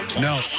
No